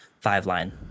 five-line